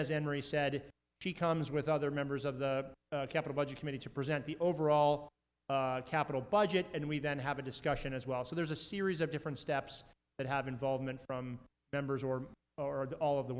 as enry said she comes with other members of the capital budget committee to present the overall capital budget and we then have a discussion as well so there's a series of different steps that have involvement from members or or and all of the